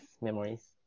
memories